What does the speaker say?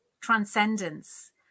transcendence